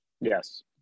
yes